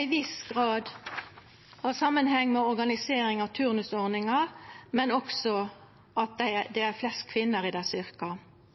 ein viss grad ha samanheng med organiseringa av turnusordninga, men også med at det er